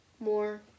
More